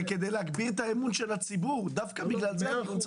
כדי להגביר את אמון הציבור - דווקא בגלל זה צריך.